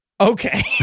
Okay